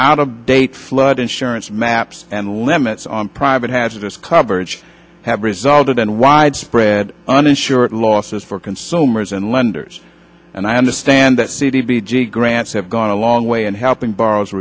out of date flood insurance maps and limits on private hazardous coverage have resulted in widespread uninsured losses for consumers and lenders and i understand that c d g grants have gone a long way in helping b